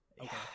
Okay